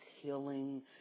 healing